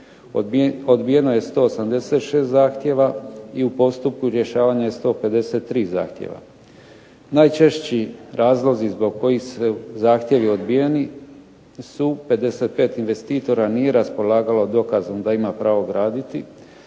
odbijeno je 186 zahtjeva i u postupku rješavanja je 153 zahtjeva. Najčešći razlozi zbog kojih su zahtjevi odbijeni su 55 investitora nije raspolagalo dokazom da ima pravo graditi;